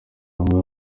bamwe